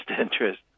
interest